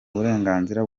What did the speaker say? uburenganzira